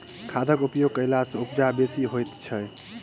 खादक उपयोग कयला सॅ उपजा बेसी होइत छै